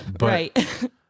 Right